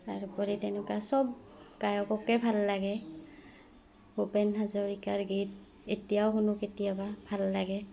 তাৰোপৰি তেনেকুৱা চব গায়ককে ভাল লাগে ভূপেন হাজৰিকাৰ গীত এতিয়াও শুনো কেতিয়াবা ভাল লাগে